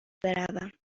بروم